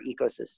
ecosystem